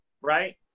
right